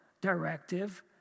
directive